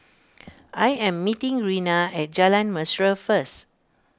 I am meeting Rena at Jalan Mesra first